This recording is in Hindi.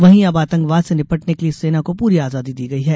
वहीं अब आतंकवाद से निपटने के लिये सेना को पूरी आजादी दी गई है